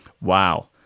Wow